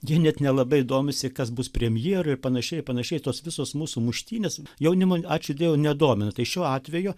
jie net nelabai domisi kas bus premjeru ir panašiai ir panašiai tos visos mūsų muštynės jaunimo ačiū dievui nedomina tai šiuo atveju